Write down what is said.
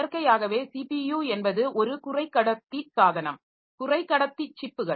இயற்கையாகவே ஸிபியு என்பது ஒரு குறைக்கடத்தி சாதனம் குறைக்கடத்தி சிப்புகள்